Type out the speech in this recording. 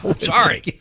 Sorry